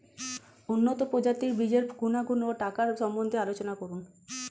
উন্নত প্রজাতির বীজের গুণাগুণ ও টাকার সম্বন্ধে আলোচনা করুন